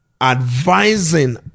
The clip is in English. advising